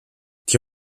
die